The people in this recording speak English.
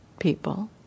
people